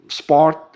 sport